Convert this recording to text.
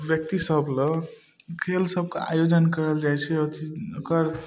व्यक्तिसभलए खेलसबके आयोजन करल जाइ छै अथी ओकर